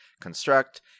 construct